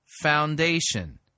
foundation